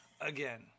again